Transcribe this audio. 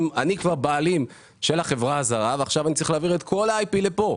אני כבר בעלים של החברה הזרה ועכשיו אני צריך להעביר את כל ה-IP לכאן.